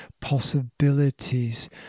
possibilities